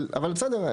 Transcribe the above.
אבל, בסדר.